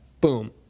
boom